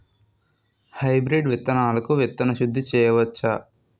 Hybrid విత్తనాలకు విత్తన శుద్ది చేయవచ్చ?